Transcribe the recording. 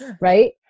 right